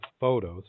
photos